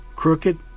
Crooked